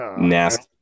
nasty